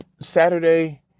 Saturday